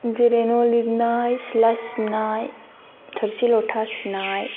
जेरै न' लिरनाय सिथ्ला सिबनाय थोरसि ल'था सुनाय